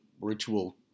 ritual